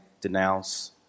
denounce